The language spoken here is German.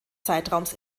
zeitraums